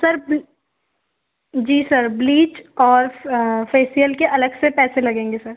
sir जी sir bleach और facial के अलग से पैसे लगेंगे सर